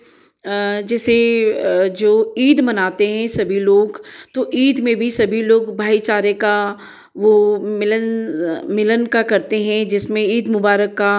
जैसे जो ईद मनाते हैं सभी लोग तो ईद में भी सभी लोग भाई चारे का वह मिलन मिलन करते हैं जिसमें ईद मुबारक का